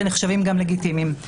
ונחשבים גם לגיטימיים.